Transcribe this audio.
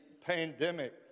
pandemic